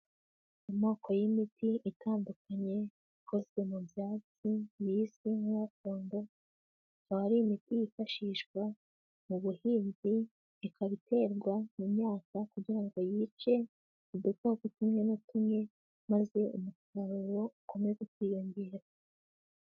Amoko y'imiti itandukanye ikozwe mu byatsi bizwi nka gakongo. Ikaba ahari imiti yifashishwa mu buhinzi, ikaba iterwa mu myaka kugira ngo yice udukoko tumwe na tumwe maze umusaruro ukomeze kwiyongera.